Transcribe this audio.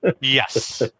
Yes